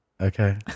okay